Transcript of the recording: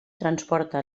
transporta